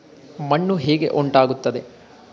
ಮಣ್ಣು ಹೇಗೆ ಉಂಟಾಗುತ್ತದೆ?